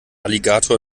alligator